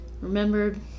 remembered